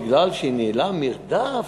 מכיוון שהיא ניהלה מרדף,